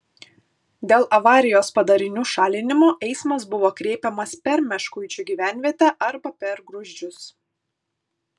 dėl avarijos padarinių šalinimo eismas buvo kreipiamas per meškuičių gyvenvietę arba per gruzdžius